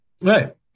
Right